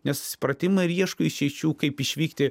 nesusipratimą ir ieško išeičių kaip išvykti